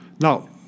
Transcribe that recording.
Now